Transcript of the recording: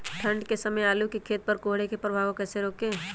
ठंढ के समय आलू के खेत पर कोहरे के प्रभाव को कैसे रोके?